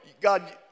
God